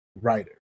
writer